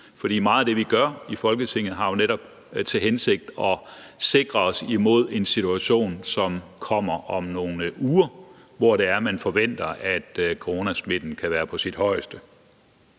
for meget af det, vi gør i Folketinget, har jo netop til hensigt at sikre os imod en situation, som kommer om nogle uger, hvor man forventer, at coronasmitten kan være på sit højeste.